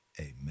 Amen